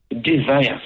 desires